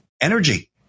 Energy